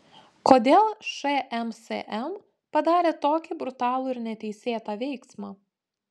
kodėl šmsm padarė tokį brutalų ir neteisėtą veiksmą